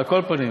על כל פנים,